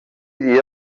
dia